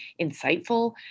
insightful